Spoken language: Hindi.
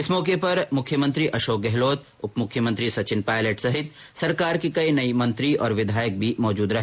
इस मौके पर मुख्यमत्री अशोक गहलोत उप मुख्यमंत्री सचिन पायलट सहित सरकार के कई नये मंत्री और विधायक भी मौजूद रहे